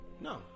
No